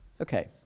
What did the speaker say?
Okay